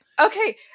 Okay